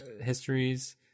histories